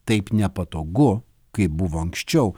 taip nepatogu kaip buvo anksčiau